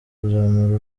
kuzamura